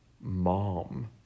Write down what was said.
mom